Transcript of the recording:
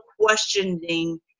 questioning